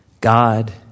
God